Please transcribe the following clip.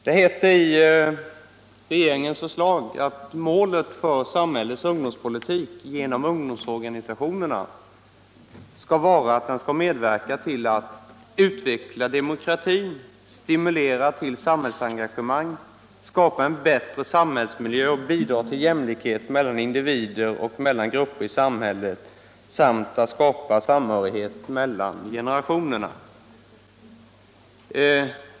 Det heter i regeringens förslag att målet för samhällets ungdomspolitik genom ungdomsorganisationerna skall vara att den skall medverka till att utveckla demokratin, stimulera till samhällsengagemang, skapa en bättre samhällsmiljö, bidra till jämlikhet mellan individer och mellan grupper i samhället samt skapa samhörighet mellan generationerna.